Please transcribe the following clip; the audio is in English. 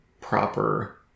proper